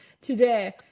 today